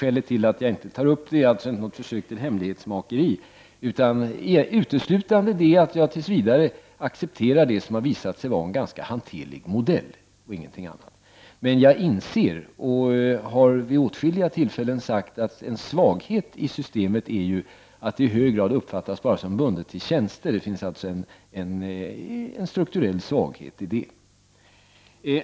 Skälet till att jag inte ville ta upp detta nu är naturligtvis inte något hemlighetsmakeri utan uteslutande att jag tills vidare accepterar det som har visat sig vara en hanterlig modell. Men jag har vid åtskilliga tillfällen sagt att en svaghet i systemet är att det i hög grad uppfattas som bundet till tjänster. Det finns alltså en strukturell svaghet i det.